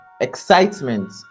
excitement